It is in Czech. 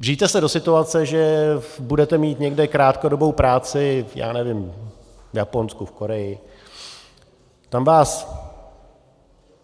Vžijte se do situace, že budete mít někde krátkodobou práci, já nevím, v Japonsku, v Koreji, tam vás